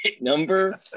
Number